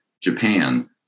Japan